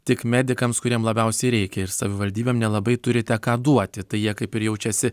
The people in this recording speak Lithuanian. tik medikams kuriem labiausiai reikia ir savivaldybėm nelabai turite ką duoti tai jie kaip ir jaučiasi